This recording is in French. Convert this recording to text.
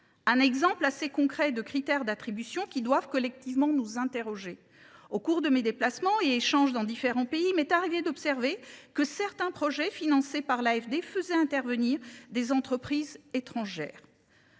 un exemple assez concret de critères d’attribution qui doivent collectivement nous conduire à nous interroger, mes chers collègues. Au cours de mes déplacements et échanges dans différents pays, il m’est arrivé d’observer que certains projets financés par l’AFD faisaient intervenir des entreprises étrangères,